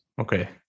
Okay